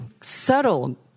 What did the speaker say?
subtle